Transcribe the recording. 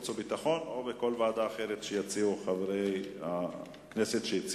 החוץ והביטחון או בכל ועדה אחרת שיציעו חברי הכנסת שהציעו.